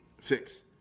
fix